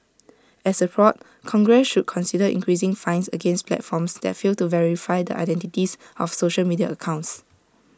as A prod congress should consider increasing fines against platforms that fail to verify the identities of social media accounts